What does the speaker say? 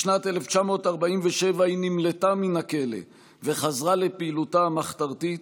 בשנת 1947 היא נמלטה מן הכלא וחזרה לפעילותה המחתרתית,